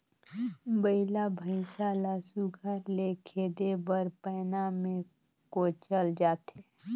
बइला भइसा ल सुग्घर ले खेदे बर पैना मे कोचल जाथे